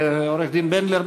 עורכת-הדין בנדלר.